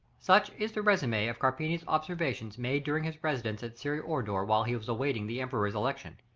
such is the resume of carpini's observations made during his residence at syra-orda while he was awaiting the emperor's election.